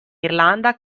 irlanda